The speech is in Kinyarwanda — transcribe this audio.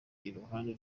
iruhande